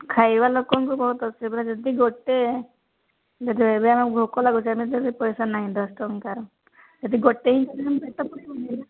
ଖାଇବା ଲୋକଙ୍କୁ ବହୁତ ଅଛି ଯଦି ଗୋଟେ ଯଦି ଏବେ ଆମେ ଭୋକ ଲାଗୁଛୁ ବୋଲି ପଇସା ନାହିଁ ଦଶ ଟଙ୍କାର ଯଦି ଗୋଟେ ହ